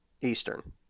eastern